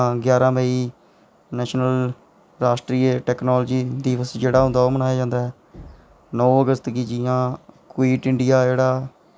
जां ग्जारां मेई नैशनल राष्ट्रीय टैक्नालजी दिवस जेह्डा होंदा ओह् मनाया जंदा ऐ नौ दिसम्बर गी जियां क्युट इंडिया जेह्ड़ा